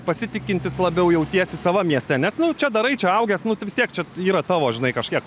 pasitikintis labiau jautiesi savam mieste nes nu čia darai čia augęs nu tu vis tiek čia yra tavo žinai kažkiek